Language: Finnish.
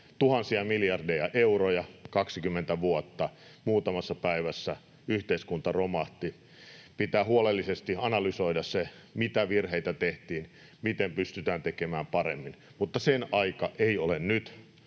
Tuhansia miljardeja euroja, 20 vuotta — muutamassa päivässä yhteiskunta romahti. Pitää huolellisesti analysoida se, mitä virheitä tehtiin, miten pystytään tekemään paremmin. Mutta sen aika ei ole nyt.